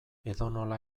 edonola